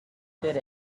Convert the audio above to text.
good